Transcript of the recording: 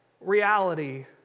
reality